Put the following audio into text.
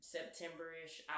September-ish